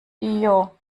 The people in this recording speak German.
dir